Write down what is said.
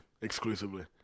exclusively